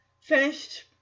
finished